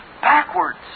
backwards